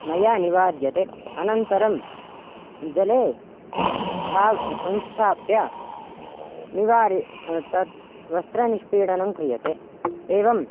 मया निवार्यते अनन्तरं जले स्था संस्थाप्य निवारितं तत् वस्त्रनिष्पीडनं क्रीयते एवं